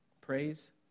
Praise